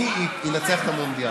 מי ינצח במונדיאל.